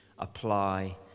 apply